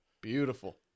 Beautiful